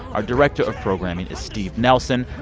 our director of programming is steve nelson.